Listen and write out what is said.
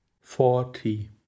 forty